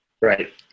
Right